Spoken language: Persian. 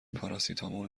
پاراسیتامول